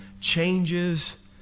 changes